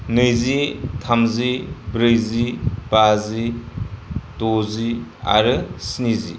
नैजि थामजि ब्रैजि बाजि दजि आरो स्निजि